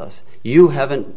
us you haven't